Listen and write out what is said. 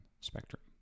spectrum